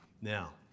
now